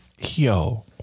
Yo